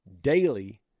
daily